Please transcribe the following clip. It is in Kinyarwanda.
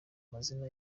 amazina